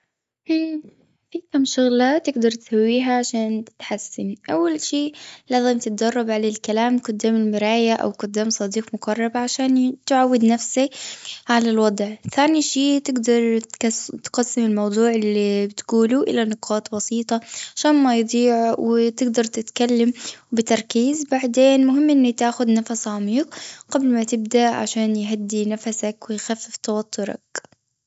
امم في كام شغلة تقدر تسويها عشان تتحسن أول شي لازم تتدرب على الكلام قدام المراية أو قدام صديق مقرب عشان تعود نفسك على الوضع. تاني شي تقدر تقسم-تقسم الموضوع اللي تقوله إلي نقاط بسيطة عشان ما يضيع وتقدر بتركيز بعدين مهم أني تاخذ نفس عميق قبل ما تبدأ عشان يهدي نفسك ويخفف توترك.